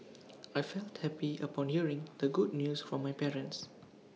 I felt happy upon hearing the good news from my parents